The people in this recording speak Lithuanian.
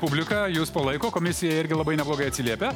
publika jus palaiko komisija irgi labai neblogai atsiliepė